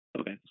okay